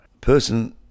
person